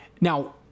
Now